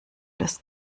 des